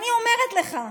אני אומרת לך,